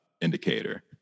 indicator